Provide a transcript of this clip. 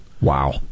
Wow